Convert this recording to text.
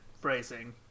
phrasing